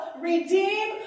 redeem